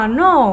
no